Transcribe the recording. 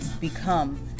become